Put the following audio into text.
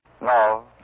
No